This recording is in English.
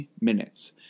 minutes